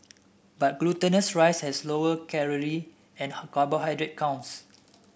but glutinous rice has lower calorie and carbohydrate counts